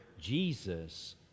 Jesus